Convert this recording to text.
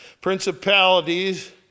principalities